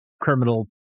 criminal